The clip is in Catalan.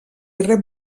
rep